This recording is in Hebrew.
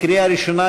לקריאה ראשונה.